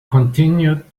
continued